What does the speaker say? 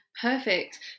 Perfect